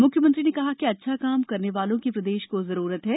म्ख्यमंत्री ने कहा कि अच्छा काम करने वालों की प्रदेश को जरूरत है